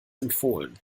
empfohlen